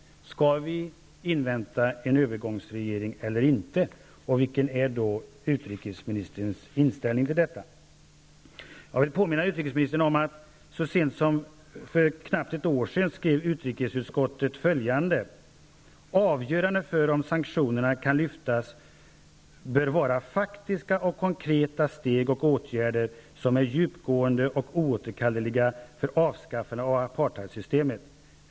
Skall vi invänta en övergångsregering eller inte? Vilken är utrikesministerns inställning till detta? Jag vill påminna utrikesministern om att utrikesutskottet så sent som för knappt ett år sedan skrev följande: ''Avgörande för om sanktionerna kan lyftas bör vara faktiska och konkreta steg och åtgärder, som är djupgående och oåterkalleliga, för avskaffande av apartheidsystemet.